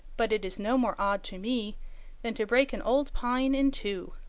but it is no more odd to me than to break an old pine in two.